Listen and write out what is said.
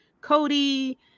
Cody